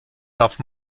darf